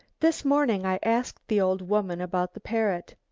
this morning i asked the old woman about the parrot.